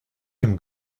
him